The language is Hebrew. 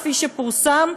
כפי שפורסם.